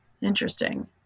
Interesting